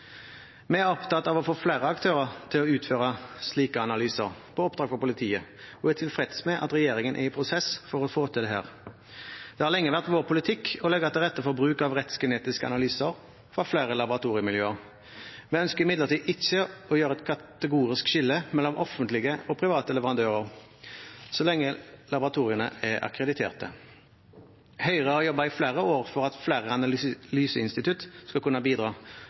Vi er opptatt av å få flere aktører til å utføre slike analyser på oppdrag fra politiet og er tilfreds med at regjeringen er i prosess for å få til dette. Det har lenge vært vår politikk å legge til rette for bruk av rettsgenetiske analyser fra flere laboratoriemiljøer. Vi ønsker imidlertid ikke å gjøre et kategorisk skille mellom offentlige og private leverandører, så lenge laboratoriene er akkrediterte. Høyre har jobbet i flere år for at flere analyseinstitutt skal kunne bidra